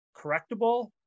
correctable